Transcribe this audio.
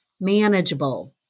manageable